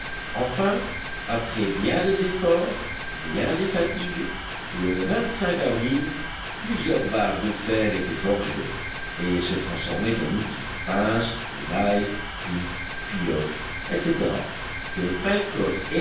enfin après bien des efforts bien des fatigues le avril plusieurs barres de fer étaient forgées et se transformaient en outils pinces tenailles pics pioches etc que